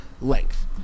length